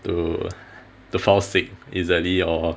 to to fall sick easily or